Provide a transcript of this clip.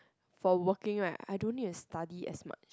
for working right I don't need to study as much